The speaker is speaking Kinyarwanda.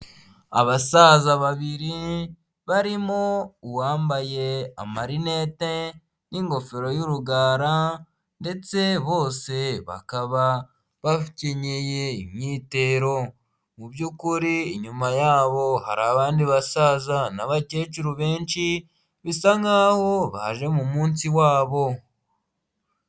Abasaza babiri, barimo uwambaye amarinete, n'ingofero y'urugara, ndetse bose bakaba bakenyeye imyitero. Mu by'ukuri inyuma yabo hari abandi basaza n'abakecuru benshi, bisa nk'aho baje mu munsi wabo.